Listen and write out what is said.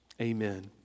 Amen